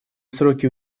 сроки